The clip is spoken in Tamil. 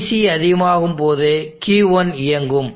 Vc அதிகமாகும் போது Q1 இயங்கும்